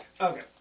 Okay